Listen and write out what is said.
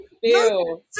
feel